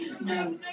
No